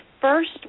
first